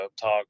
talk